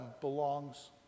belongs